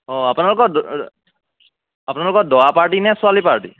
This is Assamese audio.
অঁ আপোনালোকৰ আপোনালোকৰ দৰা পাৰ্টি নে ছোৱালী পাৰ্টি